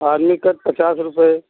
army cut पचास रुपये